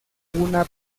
una